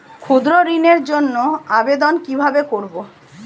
ক্ষুদ্র ঋণের জন্য আবেদন কিভাবে করব?